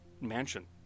mansion